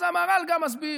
אז המהר"ל גם מסביר